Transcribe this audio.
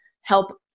help